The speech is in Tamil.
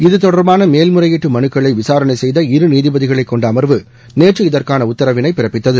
இதுதொடர்பான மேல்முறையீட்டு விசாரணை செய்த இரு நீதிபதிகளைக்கொண்ட அமர்வு நேற்று இதற்கான உத்தரவினை பிறப்பிததது